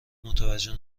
متوجه